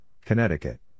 Connecticut